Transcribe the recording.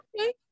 okay